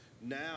now